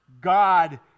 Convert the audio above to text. God